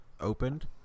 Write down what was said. Opened